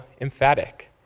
emphatic